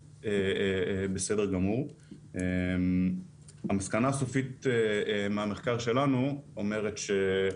המסקנה הסופית מהמחקר שלנו אומרת שכרגע אנחנו צריכים לעקוב ולראות